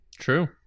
true